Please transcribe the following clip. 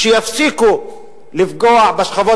כשיפסיקו לפגוע בשכבות